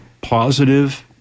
positive